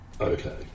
okay